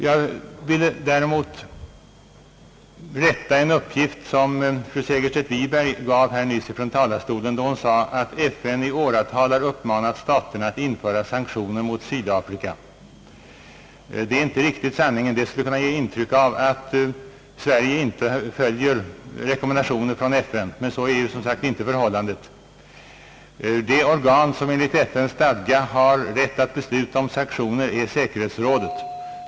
Jag vill däremot komplettera en uppgift som fru Segerstedt Wiberg nyss gav från talarstolen, då hon sade att FN i åratal har uppmanat medlemsstaterna att införa sanktioner mot Sydafrika. Det ger inte en riktig bild av verkligheten. Det ger närmast ett intryck av att Sverige inte följer rekommendationer från FN. Så är som sagt inte för hållandet. Det organ som enligt FN:s stadga har rätt att besluta om sanktioner är säkerhetsrådet.